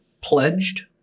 pledged